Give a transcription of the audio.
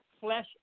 flesh